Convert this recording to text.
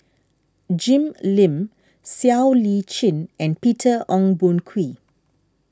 Jim Lim Siow Lee Chin and Peter Ong Boon Kwee